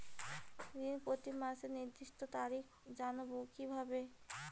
ঋণ প্রতিমাসের নির্দিষ্ট তারিখ জানবো কিভাবে?